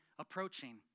approaching